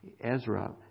Ezra